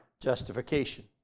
justification